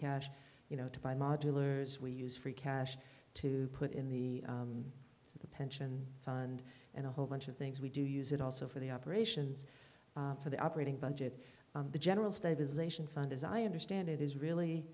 cash you know to buy modulars we use free cash to put in the to the pension fund and a whole bunch of things we do use it also for the operations for the operating budget the general stabilization fund as i understand it is really